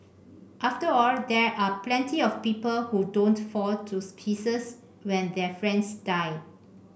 after all there are plenty of people who don't fall to pieces when their friends die